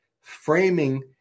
framing